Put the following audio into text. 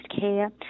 care